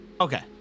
Okay